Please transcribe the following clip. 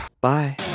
Bye